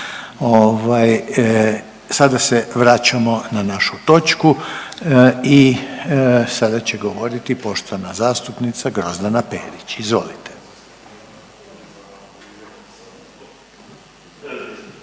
Sada se vraćamo na našu točku i sada će govoriti poštovana zastupnica Grozdana Perić. Izvolite.